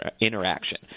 interaction